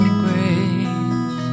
grace